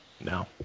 No